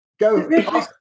go